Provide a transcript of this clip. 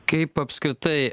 kaip apskritai